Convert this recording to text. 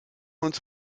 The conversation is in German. uns